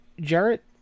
Jarrett